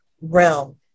realm